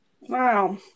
Wow